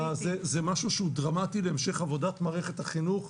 זה משהו שהוא דרמטי להמשך עבודת מערכת החינוך.